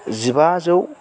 जिबाजौ